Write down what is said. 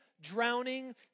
drowning